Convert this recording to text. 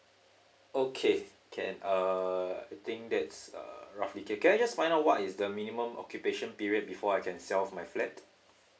okay can uh I think that's uh roughly kay~ can I just find out what is the minimum occupation period before I can sell off my flat